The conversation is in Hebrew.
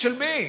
של מי?